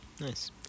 Nice